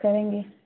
کریں گے